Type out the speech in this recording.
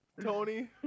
Tony